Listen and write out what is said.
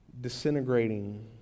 disintegrating